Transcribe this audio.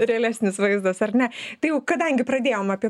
realesnis vaizdas ar ne tai jau kadangi pradėjom apie